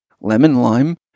lemon-lime